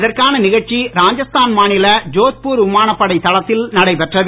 இதற்கான நிகழ்ச்சி ராஜஸ்தான் மாநில ஜோத்பூர் விமானப் படை தளத்தில் நடைபெற்றது